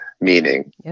meaning